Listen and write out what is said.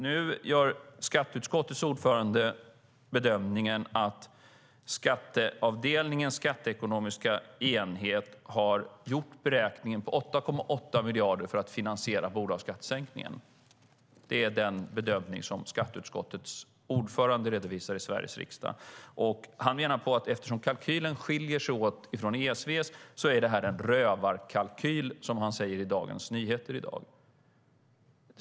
Nu gör skatteutskottets ordförande bedömningen att skatteavdelningens skatteekonomiska enhet har gjort beräkningen på 8,8 miljarder för att finansiera bolagsskattesänkningen. Det är den bedömning som skatteutskottets ordförande redovisar i Sveriges riksdag. Han menar att eftersom kalkylen skiljer sig från ESV:s är det en "rövarkalkyl", som han säger i Dagens Nyheter i dag.